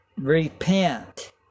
Repent